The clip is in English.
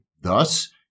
thus